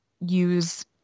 use